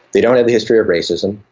they don't have the history of racism,